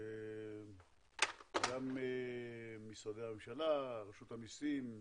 גם משרדי הממשלה, רשות המיסים,